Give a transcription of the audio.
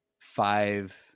five